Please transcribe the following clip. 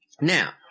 Now